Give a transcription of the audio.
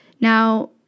Now